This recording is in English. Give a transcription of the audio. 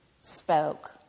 spoke